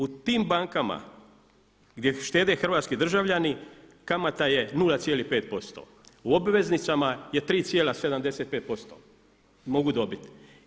U tim bankama gdje štede hrvatski državljani kamata je 0,5%, u obveznicama je 3,75%, mogu dobiti.